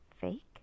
Fake